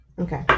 Okay